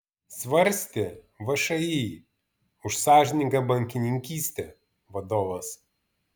svarstė všį už sąžiningą bankininkystę vadovas